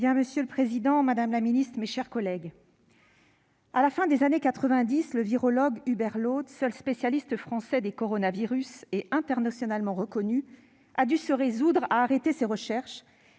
Monsieur le président, madame la ministre, mes chers collègues, à la fin des années 1990, le virologue Hubert Laude, seul spécialiste français des coronavirus, internationalement reconnu, a dû se résoudre à arrêter ses recherches,